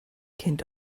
kind